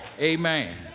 Amen